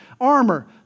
armor